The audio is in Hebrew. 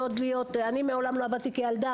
אני מעולם לא עבדתי כילדה,